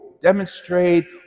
Demonstrate